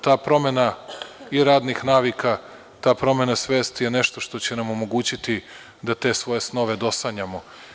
Ta promena i radnih navika, ta promena svesti je nešto što će nam omogućiti da te svoje snove dosanjamo.